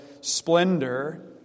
splendor